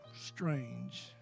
strange